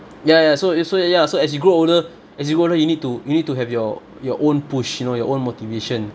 ya ya so it's so ya ya so as you grow older as you grow older you need to you need to have your your own push you know your own motivation